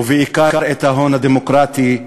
ובעיקר את ההון הדמוקרטי,